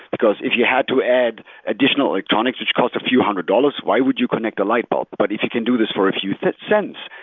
because if you had to add additional electronics which caused a few hundred dollars, why would you connect a light bulb? but if you can do this for a few cents,